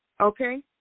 okay